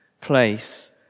place